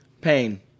Pain